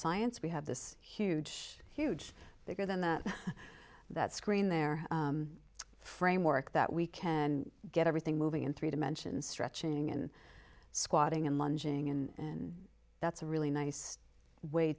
science we have this huge huge bigger than the that screen there framework that we can get everything moving in three dimensions stretching and squatting and lunging and that's a really nice way